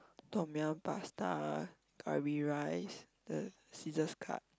tom-yum pasta curry rice the scissors cut